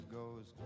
goes